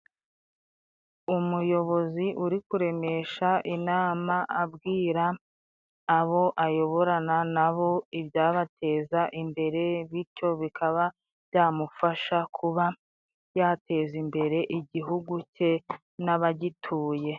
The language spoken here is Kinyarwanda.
Umuyobozi uri kuremesha inama abwira abo ayoborana nabo ibyabateza imbere, bityo bikaba byamufasha kuba yateza imbere igihugu cye n'abagituye.